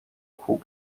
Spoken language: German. kuh